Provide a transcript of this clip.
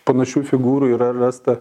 panašių figūrų yra rasta